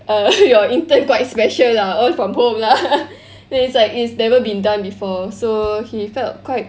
err your intern quite special lah all from home lah then he's like it's never been done before so he felt quite